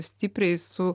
stipriai su